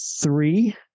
three